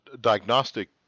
diagnostic